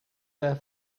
their